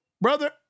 Brother